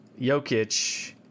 Jokic